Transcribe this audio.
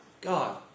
God